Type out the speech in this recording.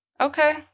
Okay